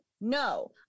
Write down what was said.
no